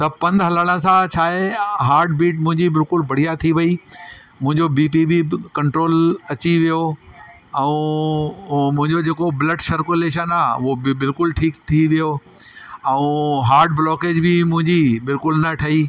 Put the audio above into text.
त पंधि हलण सां छा आहे हार्ट बीट मुंहिंजी बिल्कुलु बढ़िया थी वयी मुंहिंजो बी पी बि कंट्रोल अची वियो ऐं मुंहिंजो जे को ब्लड सर्कुलेशन आहे उहो बि बिल्कुलु ठीकु थी वियो ऐं हार्ट ब्लॉकेज बि मुंहिंजी बिल्कुलु न ठही